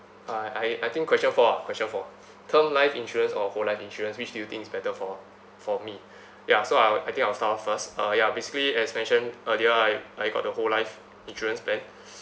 uh I I think question four ah question four term life insurance or whole life insurance which do you think is better for for me ya so I I think I will start off first uh ya basically as mentioned earlier I I got the whole life insurance plan